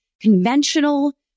conventional